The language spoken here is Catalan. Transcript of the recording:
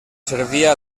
servia